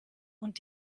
und